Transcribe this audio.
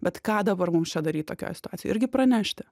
bet ką dabar mums čia daryt tokioj situacijoj irgi pranešti